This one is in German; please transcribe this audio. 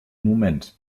moment